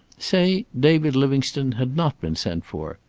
say david livingstone had not been sent for.